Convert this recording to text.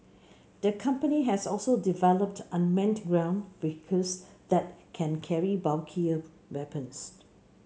the company has also developed unmanned well vehicles that can carry bulkier weapons